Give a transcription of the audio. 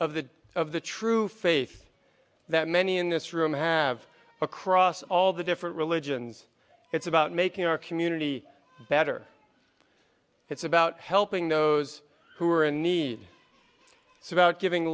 of the of the true faith that many in this room have across all the different religions it's about making our community better it's about helping those who are in need it's about giving